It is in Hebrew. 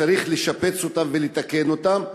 וצריך לשפץ אותם ולתקן אותם,